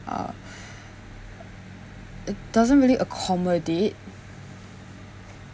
uh it doesn't really accommodate